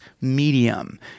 medium